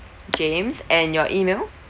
james and your email